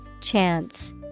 Chance